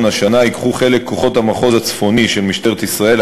השנה ייקחו חלק כוחות המחוז הצפוני של משטרת ישראל,